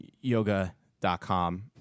yoga.com